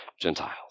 Gentiles